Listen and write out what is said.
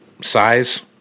size